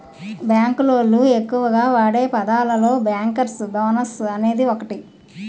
bank లోళ్ళు ఎక్కువగా వాడే పదాలలో బ్యేంకర్స్ బోనస్ అనేది ఒకటి